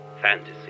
fantasy